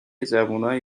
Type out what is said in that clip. جوونای